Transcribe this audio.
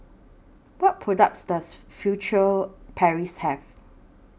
What products Does Furtere Paris Have